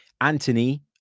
Anthony